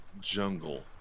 jungle